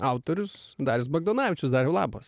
autorius darius bagdonavičius dariau labas